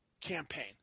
campaign